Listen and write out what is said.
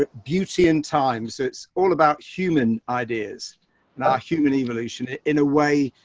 ah beauty and times. it's all about human ideas and our human evolution in a way,